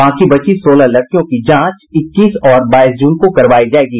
बाकी बची सोलह लड़कियों की जांच इक्कीस और बाईस जून को करवाई जायेगी